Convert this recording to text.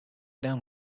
down